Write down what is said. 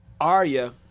Arya